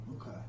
Okay